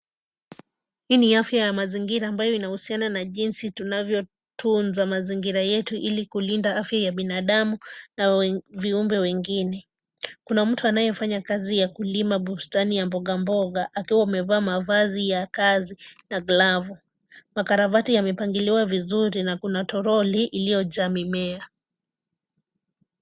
Hii ni afya ya mazingira ambayo inahusiana na jinsi tunavyotunza mazingira yetu ili kulinda afya ya binadamu na viumbe wengine. Kuna mtu anayefanya kazi ya kulima bustani ya mboga mboga akiwa amevaa mavazi ya kazi na glavu. Makaravati yamepangiliwa vizuri na kuna toroli iliyojaa mimea.